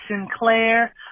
Sinclair